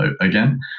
again